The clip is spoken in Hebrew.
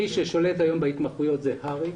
מי ששולט היום בהתמחויות זאת הר"י.